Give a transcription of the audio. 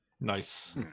Nice